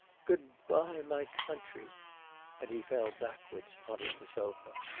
good-bye, my country and he fell backwards on to the sofa.